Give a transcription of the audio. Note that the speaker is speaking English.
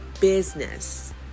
business